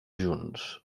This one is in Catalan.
junts